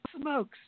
smokes